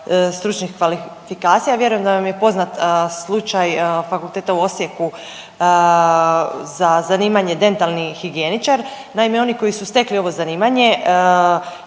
stručnih kvalifikacija, vjerujem da vam je poznat slučaj fakulteta u Osijeku za zanimanje dentalni higijeničar. Naime, oni koji su stekli ovo zanimanje